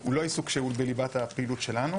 הוא לא עיסוק שהוא בליבת הפעילות שלנו,